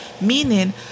Meaning